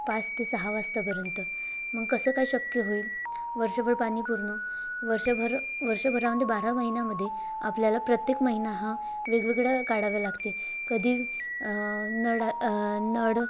पाच ते सहा वाजतापर्यंत मग कसं काय शक्य होईल वर्षभर पाणी पूर्ण वर्षभर वर्षभरामध्ये बारा महिन्यामध्ये आपल्याला प्रत्येक महिना हा वेगवेगळ्या काढावा लागते कधी नळा नळ